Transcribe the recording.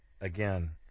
again